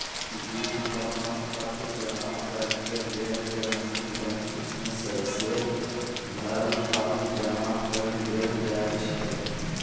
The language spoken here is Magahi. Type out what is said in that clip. जीवन प्रमाण पत्र जमा करेके लेल पेंशन बैंक में सहिसे भरल फॉर्म जमा कऽ देल जाइ छइ